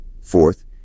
Fourth